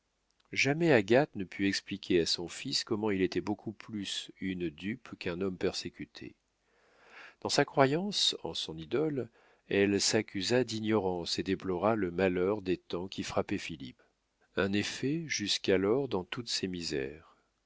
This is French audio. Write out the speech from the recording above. jamais agathe ne put expliquer à son fils comment il était beaucoup plus une dupe qu'un homme persécuté dans sa croyance en son idole elle s'accusa d'ignorance et déplora le malheur des temps qui frappait philippe en effet jusqu'alors dans toutes ces misères